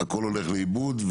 הכול הולך לאיבוד,